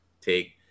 Take